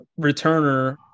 returner